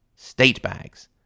StateBags